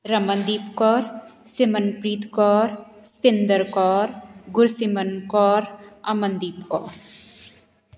Ramandeep Kaur Simranpreet Kaur Satinder Kaur Gursimran Kaur Amandeep Kaur